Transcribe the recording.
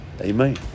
Amen